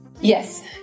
Yes